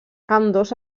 ambdós